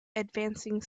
advancing